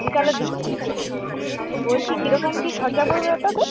বিকালের দিকে বলছি কীরকম কী খরচা পড়বে ওটাতে